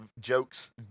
jokes